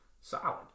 Solid